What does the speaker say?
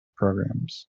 programs